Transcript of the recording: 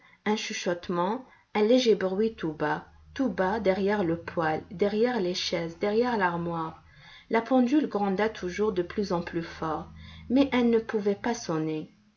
un chuchotement un léger bruit tout bas tout bas derrière le poêle derrière les chaises derrière l'armoire la pendule gronda toujours de plus en plus fort mais elle ne pouvait pas sonner